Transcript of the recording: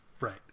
right